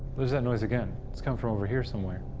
there's that noise again. it's coming from over here somewhere.